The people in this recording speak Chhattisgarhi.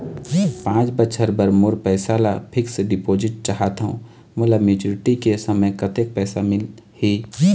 पांच बछर बर मोर पैसा ला फिक्स डिपोजिट चाहत हंव, मोला मैच्योरिटी के समय कतेक पैसा मिल ही?